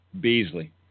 Beasley